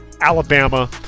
Alabama